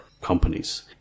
companies